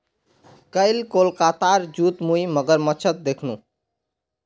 कईल कोलकातार जूत मुई मगरमच्छ दखनू